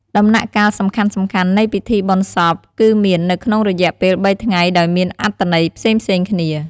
ដំណាក់កាលសំខាន់ៗនៃពិធីបុណ្យសពគឺមាននៅក្នុងរយៈពេលបីថ្ងៃដោយមានអត្ដន័យផ្សេងៗគ្នា។